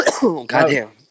Goddamn